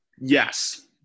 Yes